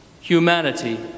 humanity